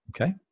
Okay